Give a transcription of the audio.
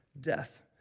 Death